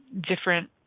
different